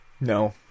no